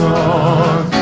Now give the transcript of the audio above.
on